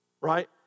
right